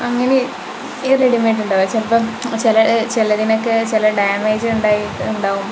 അങ്ങനെ ഈ ready made ഉണ്ടാകുക ചിലപ്പം ചില ചിലതിനൊക്കെ ചില ഡാമേജ് ഉണ്ടായിട്ടുണ്ടാകും